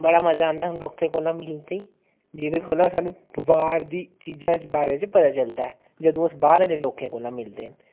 बड़ा मजा आंदा उ'नें लोके कोलां मिलदे जेह्दे कोला सानूं बाह्र दी चीजां च बारै पता चलदा ऐ जदूं अस बाह्र दे लोकें कोला मिलदे न